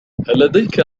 لديك